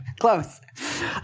close